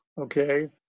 Okay